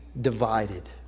divided